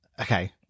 Okay